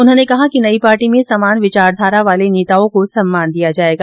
उन्होंने कहा कि नयी पार्टी में समान विचारधारा वाले नेताओं को सम्मान दिया जाएगा